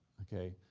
okay?